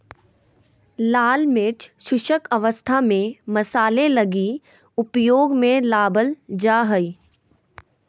लाल मिर्च शुष्क अवस्था में मसाले लगी उपयोग में लाबल जा हइ